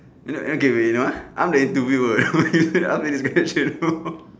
you know angry you know ah I am the interviewer why you ask so many so question